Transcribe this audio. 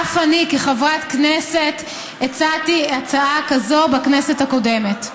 אף אני כחברת כנסת הצעתי הצעה כזאת בכנסת הקודמת.